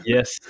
Yes